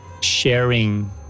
sharing